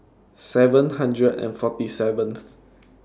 seven hundred and forty seventh